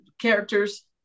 characters